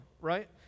right